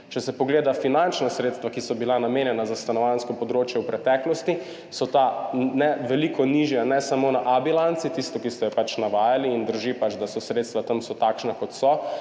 Če se pogleda finančna sredstva, ki so bila namenjena za stanovanjsko področje v preteklosti, so ta ne veliko nižja, ne samo na A bilanci, tisti, ki ste jo navajali, in drži, da so sredstva tam takšna, kot so,